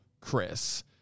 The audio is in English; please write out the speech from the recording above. Chris